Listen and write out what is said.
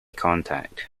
contact